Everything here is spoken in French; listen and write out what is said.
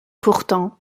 pourtant